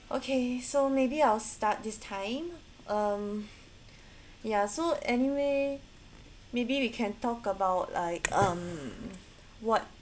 okay so maybe I'll start this time um ya so anyway maybe we can talk about like um what